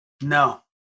no